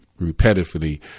repetitively